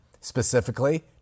specifically